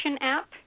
app